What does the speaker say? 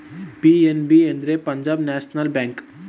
PNB ಅಂದ್ರೆ Punjab national bank